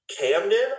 Camden